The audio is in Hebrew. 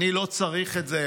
אני לא צריך את זה,